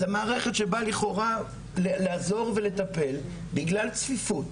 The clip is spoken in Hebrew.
אז המערכת שבאה לכאורה לעזור ולטפל בגלל צפיפות,